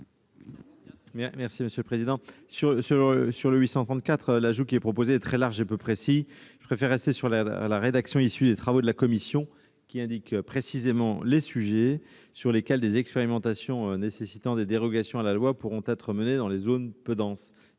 défendu, monsieur le président. Quel est l'avis de la commission ? L'ajout proposé est très large et peu précis. Je préfère en rester à la rédaction issue des travaux de la commission, qui indique précisément les sujets sur lesquels des expérimentations nécessitant des dérogations à la loi pourront être menées dans les zones peu denses.